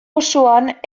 osoan